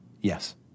Yes